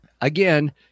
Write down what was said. Again